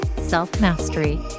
self-mastery